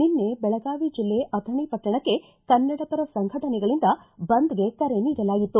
ನಿನ್ನೆ ಬೆಳಗಾವಿ ಜಿಲ್ಲೆ ಅಥಣಿ ಪಟ್ಟಣಕ್ಕೆ ಕನ್ನಡಪರ ಸಂಘಟನೆಗಳಿಂದ ಬಂದ್ಗೆ ಕರೆ ನೀಡಲಾಗಿತ್ತು